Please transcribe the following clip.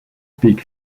peak